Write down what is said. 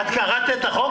את קראת את החוק?